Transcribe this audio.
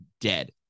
dead